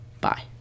Bye